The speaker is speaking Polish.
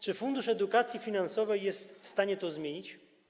Czy Fundusz Edukacji Finansowej jest w stanie to zmienić?